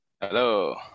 Hello